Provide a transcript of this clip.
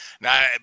now